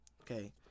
okay